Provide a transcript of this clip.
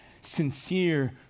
sincere